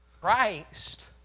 Christ